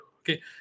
Okay